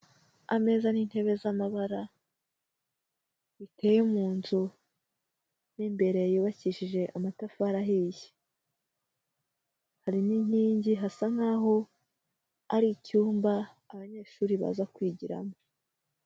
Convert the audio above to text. Ameza n'intebe z'amabara ziteye mu nzu, mu imbere yubakishishe amatafari ahiye, hari n'inkingi hasa nkaho ari icyu abanyeshuri baza kwigiramo